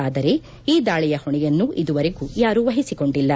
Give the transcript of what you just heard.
ಆದರೆ ಈ ದಾಳಿಯ ಹೊಣೆಯನ್ನು ಇದುವರೆಗೂ ಯಾರೂ ವಹಿಸಿಕೊಂಡಿಲ್ಲ